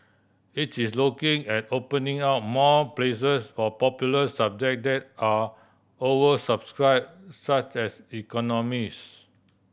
it is looking at opening up more places for popular subject that are oversubscribe such as economics